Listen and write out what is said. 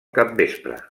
capvespre